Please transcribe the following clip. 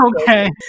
okay